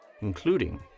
including